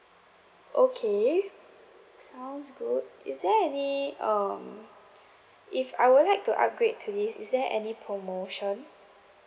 okay sounds good is there any um if I would like to upgrade to this is there any promotion